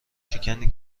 شکنی